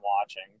watching